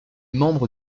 membre